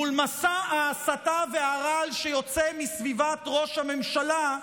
מול מסע ההסתה והרעל שיוצא מסביבת ראש הממשלה,